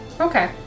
Okay